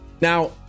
Now